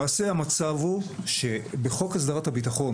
המצב הוא שבחוק הסדרת הביטחון,